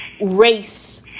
race